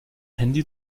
handy